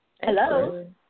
Hello